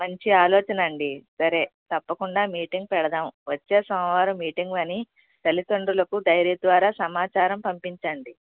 మంచి ఆలోచన అండి సరే తప్పకుండా మీటింగ్ పెడదాము వచ్చే సోమవారం మీటింగ్ అని తల్లిదండ్రులకు డైరీ ద్వారా సమాచారం పంపించండి